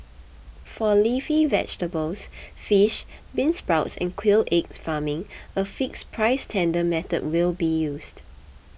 for leafy vegetables fish beansprouts and quail egg farming a fixed price tender method will be used